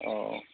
औ